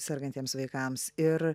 sergantiems vaikams ir